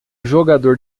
jogador